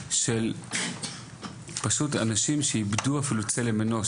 של אנשים שפשוט איבדו אפילו צלם אנוש,